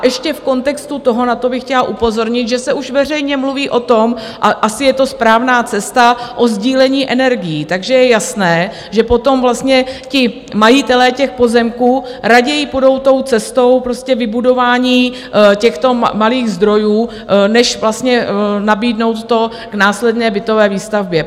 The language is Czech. Ještě v kontextu toho na to bych chtěla upozornit, že se už veřejně mluví o tom a asi je to správná cesta o sdílení energií, takže je jasné, že potom vlastně majitelé těch pozemků raději půjdou cestou vybudování těchto malých zdrojů než nabídnout to k následné bytové výstavbě.